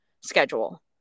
schedule